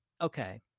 okay